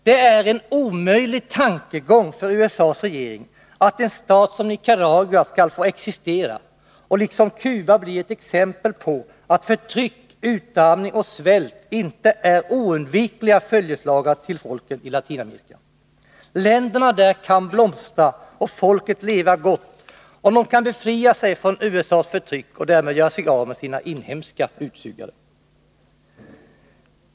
Det är en omöjlig tankegång för USA:s regering att en stat som Nicaragua skall få existera och liksom Cuba bli ett exempel på att förtryck, utarmning och svält inte är oundvikliga följeslagare för folken i Latinamerika. Länderna där kan blomstra och folken leva gott, om de kan befria sig från USA:s förtryck och därmed göra sig av med sina inhemska utsugare.